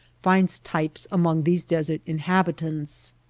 finds types among these desert inhabitants.